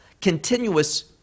continuous